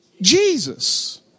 Jesus